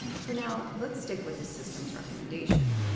for now, let's stick with the system's recommendation.